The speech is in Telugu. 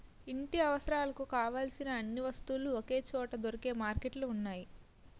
ఇంటి అవసరాలకు కావలసిన అన్ని వస్తువులు ఒకే చోట దొరికే మార్కెట్లు ఉన్నాయి